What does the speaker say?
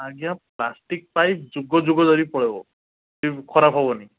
ଆଜ୍ଞା plastic pipe ଯୁଗ ଯୁଗ ଧରିକି ପଳାଇବ କିନ୍ତୁ ଖରାପ ହେବନି